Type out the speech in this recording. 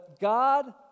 God